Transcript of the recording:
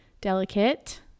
delicate